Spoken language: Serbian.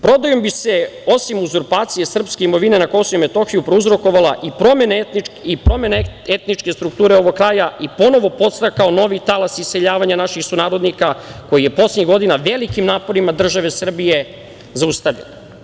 Prodajom bi se, osim uzurpacije srpske imovine na Kosovu i Metohiji, prouzrokovala i promena etničke strukture ovog kraja i ponovo podstakao novi talas iseljavanja naših sunarodnika, koji je poslednjih godina velikim naporima države Srbije zaustavljen.